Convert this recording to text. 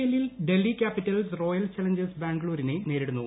എല്ലിൽ Delhi Capitals Royal Challengers ബാംഗ്ലൂരിനെ നേരിടുന്നു